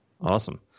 Awesome